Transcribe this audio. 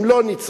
הם לא נצרכים,